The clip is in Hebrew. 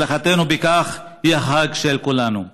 הצלחתנו בכך היא החג של כולנו.